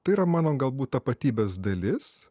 tai yra mano galbūt tapatybės dalis